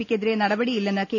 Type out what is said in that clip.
പിക്കെതിരെ നടപടിയില്ലെന്ന് കെ